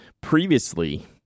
previously